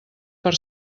per